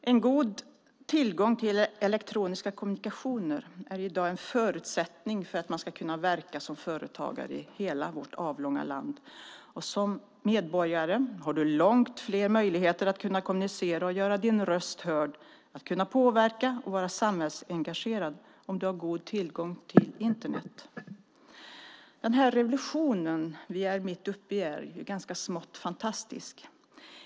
En god tillgång till elektroniska kommunikationer är i dag en förutsättning för att man ska kunna verka som företagare i hela vårt avlånga land. Och som medborgare har du långt fler möjligheter att kommunicera och göra din röst hörd, att påverka och vara samhällsengagerad om du har god tillgång till Internet. Den revolution som vi är mitt uppe i är smått fantastisk.